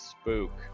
spook